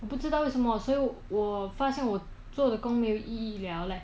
我不知道为什么 so 我发现我做的工没有意义 liao leh